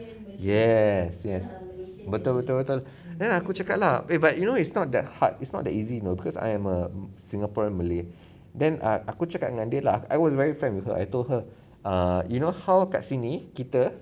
yes yes betul betul betul then aku cakap lah eh but you know it's not that hard it's not that easy you know cause I am a singaporean malay then err aku cakap dengan dia lah I was very frank with her I told her err you know how kat sini kita